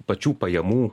pačių pajamų